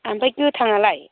आमफ्राय गोथाङालाय